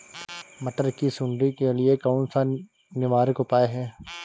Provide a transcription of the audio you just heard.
मटर की सुंडी के लिए कौन सा निवारक उपाय है?